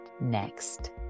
next